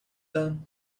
down